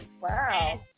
Wow